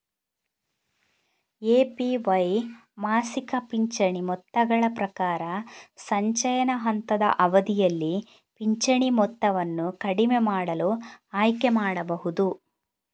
APY ಮಾಸಿಕ ಪಿಂಚಣಿ ಮೊತ್ತಗಳ ಪ್ರಕಾರ, ಸಂಚಯನ ಹಂತದ ಅವಧಿಯಲ್ಲಿ ಪಿಂಚಣಿ ಮೊತ್ತವನ್ನು ಕಡಿಮೆ ಮಾಡಲು ಆಯ್ಕೆ ಮಾಡಬಹುದು